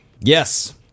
yes